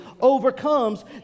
overcomes